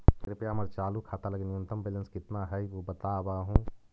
कृपया हमर चालू खाता लगी न्यूनतम बैलेंस कितना हई ऊ बतावहुं